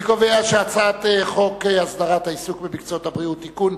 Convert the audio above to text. אני קובע שהצעת חוק הסדרת העיסוק במקצועות הבריאות (תיקון)